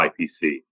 IPC